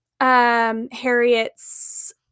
Harriet's